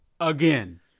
again